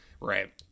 Right